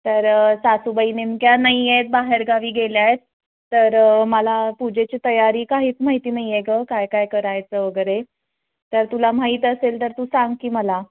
तर सासूबाई नेमक्या नाही आहेत बाहेरगावी गेल्या आहेत तर मला पूजेची तयारी काहीच माहिती नाही आहे गं काय काय करायचं वगैरे तर तुला माहीत असेल तर तू सांग की मला